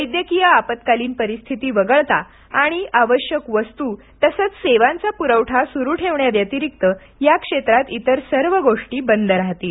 वैद्यकीय आपत्कालीन परिस्थिती वगळता आणि आवश्यक वस्तू आणि सेवांचा पुरवठा सुरू ठेवण्याव्यतिरिक्त या क्षेत्रात इतर सर्व गोष्टी बंद राहतील